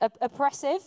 Oppressive